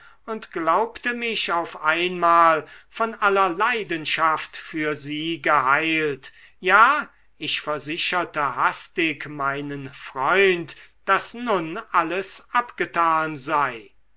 und glaubte mich auf einmal von aller leidenschaft für sie geheilt ja ich versicherte hastig meinen freund daß nun alles abgetan sei